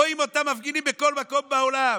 רואים אותם מפגינים בכל מקום בעולם.